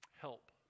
help